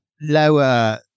lower